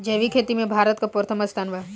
जैविक खेती में भारत का प्रथम स्थान बा